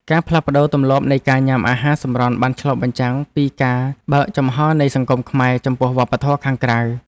ការផ្លាស់ប្តូរទម្លាប់នៃការញ៉ាំអាហារសម្រន់បានឆ្លុះបញ្ចាំងពីការបើកចំហនៃសង្គមខ្មែរចំពោះវប្បធម៌ខាងក្រៅ។